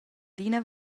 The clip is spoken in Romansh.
d’ina